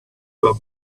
were